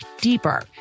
deeper